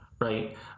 right